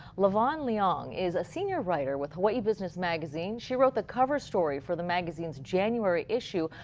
lavonne leong is a senior writer with hawaii business magazine. she wrote the cover story for the magazine's january issue,